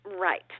Right